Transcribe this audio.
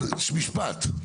כן, משפט?